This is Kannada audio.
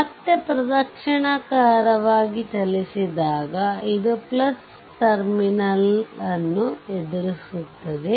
ಮತ್ತೆ ಪ್ರದಕ್ಷಿಣಕಾರವಾಗಿ ಚಲಿಸಿದಾಗ ಇದು ಟರ್ಮಿನಲ್ ಅನ್ನು ಎದುರಿಸುತ್ತಿದೆ